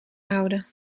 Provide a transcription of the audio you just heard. houden